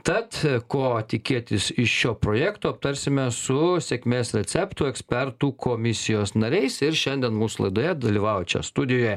tad ko tikėtis iš šio projekto aptarsime su sėkmės receptų ekspertų komisijos nariais ir šiandien mūsų laidoje dalyvauja čia studijoje